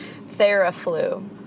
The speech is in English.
theraflu